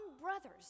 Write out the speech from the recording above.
brothers